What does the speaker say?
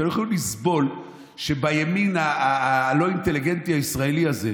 אתם לא יכולים לסבול שבימין הלא-אינטליגנטי הישראלי הזה,